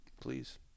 Please